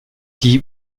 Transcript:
die